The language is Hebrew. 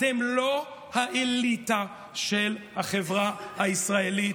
אתם לא האליטה של החברה הישראלית,